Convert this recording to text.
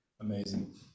Amazing